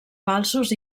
falsos